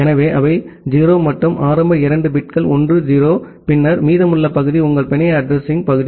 எனவே அவை 0 மற்றும் ஆரம்ப இரண்டு பிட்கள் 1 0 பின்னர் மீதமுள்ள பகுதி உங்கள் பிணைய அட்ரஸிங்பகுதி